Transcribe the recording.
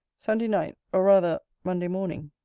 sunday night, or rather minday morning.